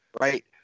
right